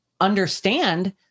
Understand